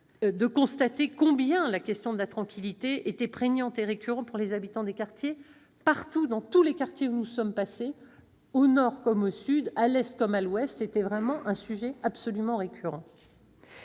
de constater combien la question de la tranquillité était prégnante et récurrente pour les habitants des quartiers, partout où nous sommes passées, au nord comme au sud, à l'est comme à l'ouest : il s'agissait vraiment d'un sujet absolument récurrent.